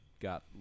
Got